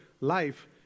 life